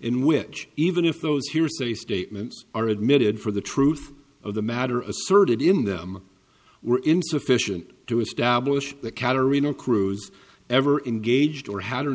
in which even if those hearsay statements are admitted for the truth of the matter asserted in them were insufficient to establish that catarina cruise ever engaged or had an